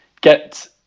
get